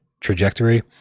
trajectory